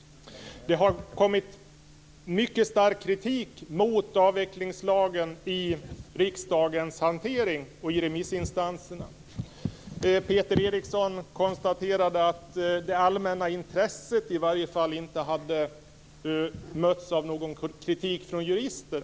Det har framkommit mycket stark kritik mot avvecklingslagen i riksdagens hantering och från remissinstanserna. Peter Eriksson konstaterade att det allmänna intresset inte hade mötts av kritik från jurister.